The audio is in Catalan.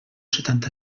setanta